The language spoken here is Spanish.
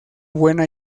buena